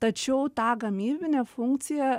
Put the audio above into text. tačiau tą gamybinę funkciją